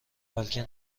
بلکه